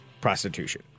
prostitution